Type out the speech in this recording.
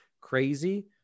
crazy